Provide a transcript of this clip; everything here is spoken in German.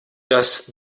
dass